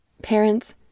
Parents